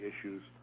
issues